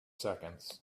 seconds